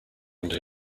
under